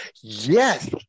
Yes